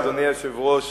אדוני היושב-ראש,